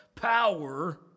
power